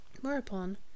whereupon